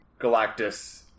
Galactus